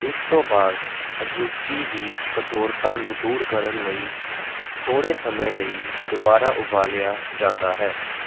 ਇਸ ਤੋਂ ਬਾਅਦ ਅਜ਼ੂਕੀ ਦੀ ਕਠੋਰਤਾ ਨੂੰ ਦੂਰ ਕਰਨ ਲਈ ਥੋੜ੍ਹੇ ਸਮੇਂ ਲਈ ਦੁਬਾਰਾ ਉਬਾਲਿਆ ਜਾਂਦਾ ਹੈ